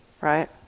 right